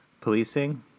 policing